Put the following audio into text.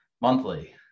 monthly